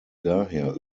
daher